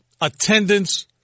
attendance